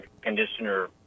conditioner